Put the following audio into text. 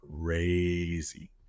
crazy